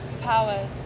Power